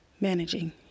managing